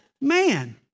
man